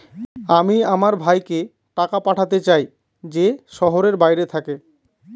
আমি আমার ভাইকে টাকা পাঠাতে চাই যে শহরের বাইরে থাকে